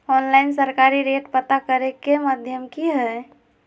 Online सरकारी rate पता करे के माध्यम की हय?